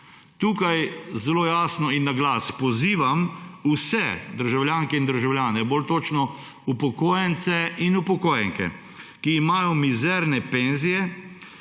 tukaj zelo jasno in na glas pozivam vse državljanke in državljane, bolj točno upokojence in upokojenke, ki imajo mizerne penzije,